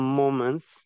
moments